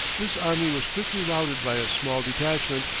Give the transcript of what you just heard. this army was quickly routed by a small detachment,